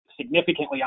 significantly